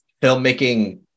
filmmaking